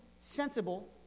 sensible